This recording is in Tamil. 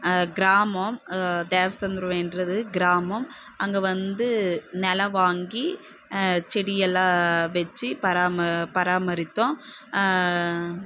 கிராமம் தேவ சந்திரம் என்றது கிராமம் அங்கே வந்து நிலம் வாங்கி செடி எல்லாம் வச்சு பராம பராமரித்தோம்